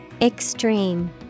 Extreme